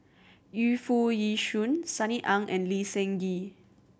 Yu Foo Yee Shoon Sunny Ang and Lee Seng Gee